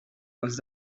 poste